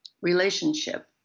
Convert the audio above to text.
relationship